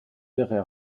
verrez